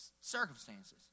circumstances